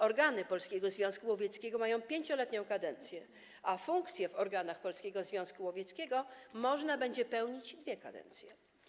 Organy Polskiego Związku Łowieckiego mają 5-letnią kadencję, a funkcję w organach Polskiego Związku Łowieckiego można będzie pełnić dwie kadencje.